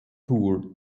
tour